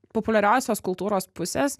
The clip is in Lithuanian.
populiariosios kultūros pusės